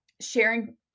sharing